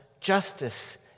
justice